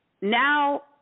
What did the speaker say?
Now